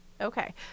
Okay